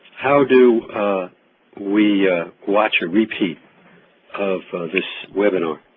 how do we watch a repeat of this webinar,